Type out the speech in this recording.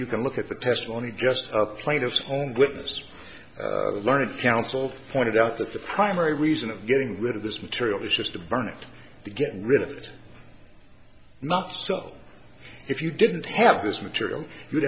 you can look at the testimony just a plate of home witnesses learned counsel pointed out that the primary reason of getting rid of this material is just to burn it to get rid of it not so if you didn't have this material you'd